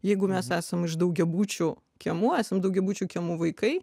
jeigu mes esam iš daugiabučių kiemuose daugiabučių kiemų vaikai